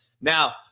Now